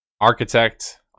architect